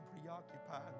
preoccupied